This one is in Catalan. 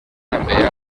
també